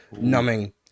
numbing